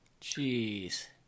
Jeez